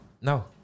No